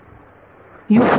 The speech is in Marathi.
विद्यार्थी होय